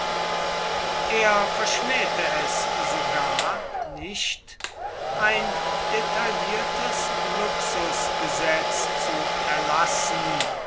er verschmähte es sogar nicht ein detailliertes luxusgesetz zu erlassen